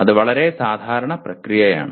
അത് വളരെ സാധാരണ പ്രക്രിയയാണ്